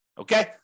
Okay